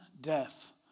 death